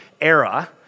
era